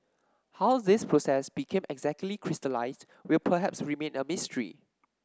how this process became exactly crystallised will perhaps remain a mystery